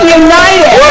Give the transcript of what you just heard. united